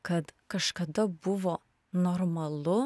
kad kažkada buvo normalu